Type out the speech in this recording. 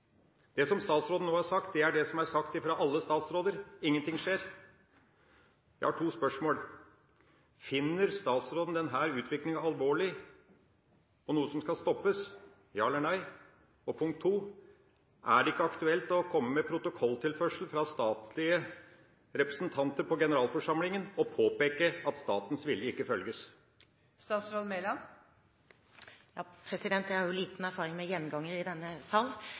Det som statsråden nå har sagt, er det som er sagt av alle statsråder – ingenting skjer. Jeg har to spørsmål: Finner statsråden denne utviklinga alvorlig, og er det noe som skal stoppes – ja eller nei? Punkt to: Er det ikke aktuelt å komme med protokolltilførsel fra statlige representanter på generalforsamlinga og påpeke at statens vilje ikke følges? Jeg har jo liten erfaring med gjengangere i denne sal.